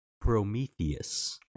Prometheus